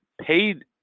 paid